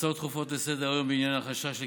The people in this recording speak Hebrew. בהצלחה גם לירדנה בקדנציה החדשה.